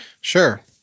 Sure